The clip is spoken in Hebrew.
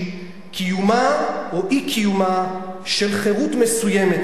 קיומה או אי-קיומה של חירות מסוימת",